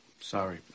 Sorry